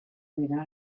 mirar